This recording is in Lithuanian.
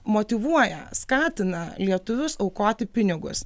motyvuoja skatina lietuvius aukoti pinigus